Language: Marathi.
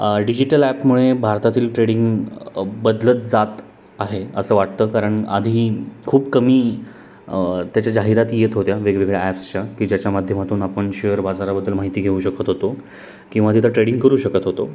डिजिटल ॲपमुळे भारतातील ट्रेडिंग बदलत जात आहे असं वाटतं कारण आधी खूप कमी त्याच्या जाहिराती येत होत्या वेगवेगळ्या ॲप्सच्या की ज्याच्या माध्यमातून आपण शेअर बाजाराबद्दल माहिती घेऊ शकत होतो किंवा तिथं ट्रेडिंग करू शकत होतो